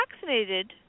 vaccinated